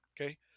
Okay